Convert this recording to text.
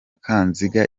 kanziga